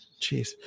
Jeez